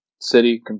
City